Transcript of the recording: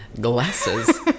glasses